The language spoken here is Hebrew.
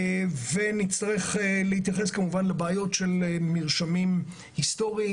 נצטרך להתייחס לבעיות של מרשמים היסטוריים,